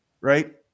Right